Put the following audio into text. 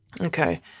Okay